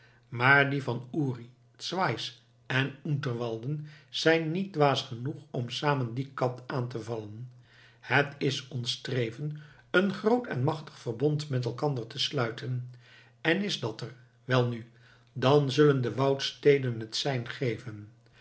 maar die van uri schwyz en unterwalden zijn niet dwaas genoeg om samen die kat aan te vallen het is ons streven een groot en machtig verbond met elkander te sluiten en is dat er welnu dan zullen de woudsteden het sein geven